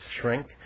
shrink